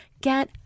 get